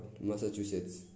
Massachusetts